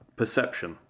perception